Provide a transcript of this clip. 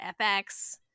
FX